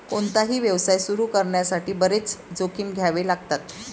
कोणताही व्यवसाय सुरू करण्यासाठी बरेच जोखीम घ्यावे लागतात